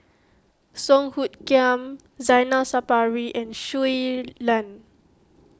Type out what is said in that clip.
Song Hoot Kiam Zainal Sapari and Shui Lan